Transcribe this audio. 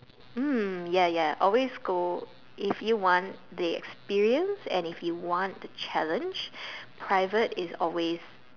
ya ya always go if you want the experience and if you want the challenge private is always